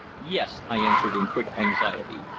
yes, i answered in quick anxiety.